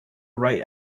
right